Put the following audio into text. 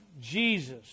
Jesus